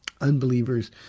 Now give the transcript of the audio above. unbelievers